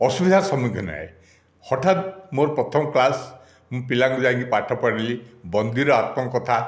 ଅସୁବିଧାର ସମ୍ମୁଖୀନ ହୁଏ ହଠାତ ମୋର ପ୍ରଥମ କ୍ଲାସ୍ ମୁଁ ପିଲାଙ୍କୁ ଯାଇକି ପାଠ ପଢ଼ାଇଲି ବନ୍ଦୀର ଆତ୍ମ କଥା